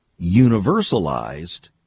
universalized